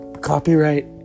Copyright